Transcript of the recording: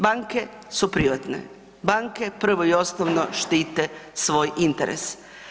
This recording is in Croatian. Banke su privatne, banke, prvo i osnovno štite svoj interes.